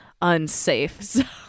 unsafe